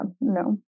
no